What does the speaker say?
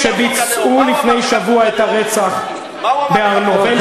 כשביצעו לפני שבוע את הרצח בהר-נוף.